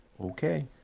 Okay